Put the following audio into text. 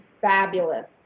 Fabulous